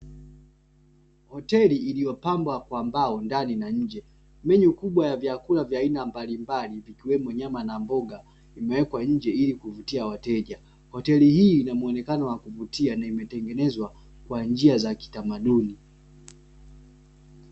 Hoteli iliyopambwa kwa mbao ndani na nje, menyu kubwa ya vyakula vya aina mbalimbali vikiwemo nyama na mbogaa vimewekwa nje ili kuvutia wateja, hoteli hii ina muonekano wa kuvutia na imetengenezwa kwa njia za kitamaduni.